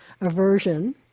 aversion